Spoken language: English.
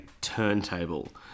turntable